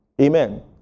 Amen